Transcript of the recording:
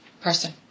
person